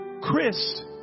Chris